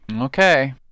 Okay